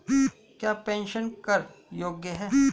क्या प्रेषण कर योग्य हैं?